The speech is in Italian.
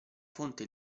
fonte